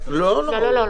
לא.